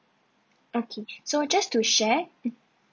okay so just to share mm